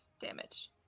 damage